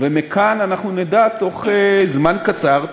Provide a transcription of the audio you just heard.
ומכאן אנחנו נדע בתוך זמן קצר,